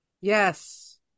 Yes